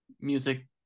music